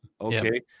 Okay